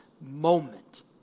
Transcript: moment